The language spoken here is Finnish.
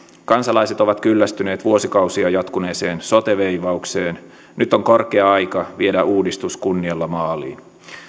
kansalaiset ovat kyllästyneet vuosikausia jatkuneeseen sote vei vaukseen nyt on korkea aika viedä uudistus kunnialla maaliin